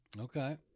Okay